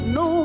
no